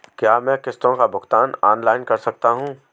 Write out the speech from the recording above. क्या मैं किश्तों का भुगतान ऑनलाइन कर सकता हूँ?